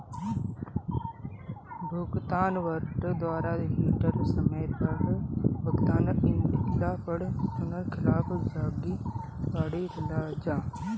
भुगतान वारंट द्वारा दिहल समय पअ भुगतान ना कइला पअ उनकी खिलाफ़ कागजी कार्यवाही कईल जाला